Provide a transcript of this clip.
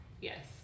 Yes